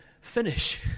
finish